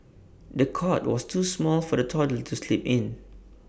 the cot was too small for the toddler to sleep in